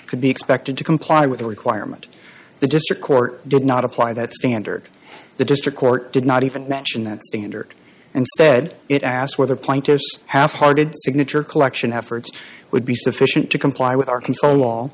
could be expected to comply with the requirement the district court did not apply that standard the district court did not even mention that standard and said it asked whether plaintiffs halfhearted signature collection efforts would be sufficient to comply with